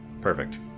Perfect